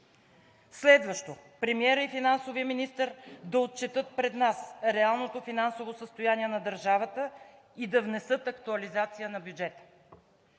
Следващо, премиерът и финансовият министър да отчетат пред нас реалното финансово състояние на държавата и да внесат актуализация на бюджета.